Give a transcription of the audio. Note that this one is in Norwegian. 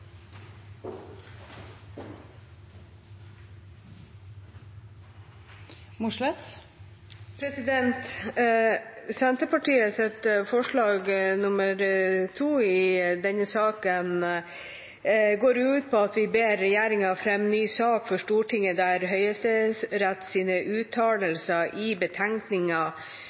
forslag nr. 2 i denne saken går ut på at vi ber regjeringa fremme en ny sak for Stortinget, der Høyesteretts uttalelser i